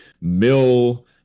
Mill